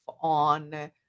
on